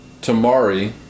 tamari